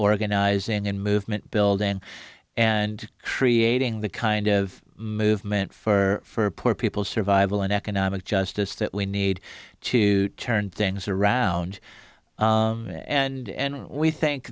organizing and movement building and creating the kind of movement for poor people survival and economic justice that we need to turn things around and we think